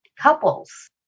couples